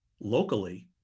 locally